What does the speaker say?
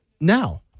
now